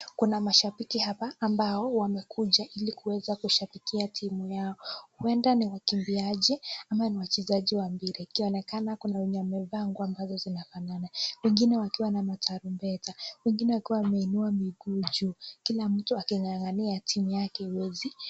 Kuna mashabiki hapa ambao wamekuja ili kuweza kushabikia timu yao. Huenda ni wakimbiaji ama ni wachezaji wa mpira. Ikionekana kuna wenye wamevaa nguo ambazo zinafanana, wengine wakiwa na matarumbeta, wengine wakiwa wameinua miguu juu, kila mtu aking'ang'ania timu yake iweze.